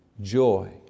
joy